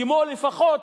לפחות